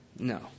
No